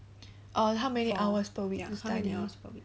err how many hours per week to study